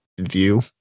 view